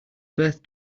birth